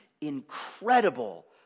incredible